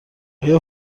آیا